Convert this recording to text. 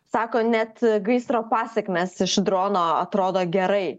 sako net gaisro pasekmės iš drono atrodo gerai